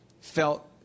felt –